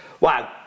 Wow